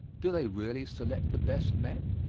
do they really select the best men?